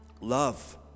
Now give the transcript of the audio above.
love